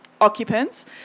occupants